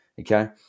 okay